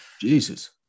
Jesus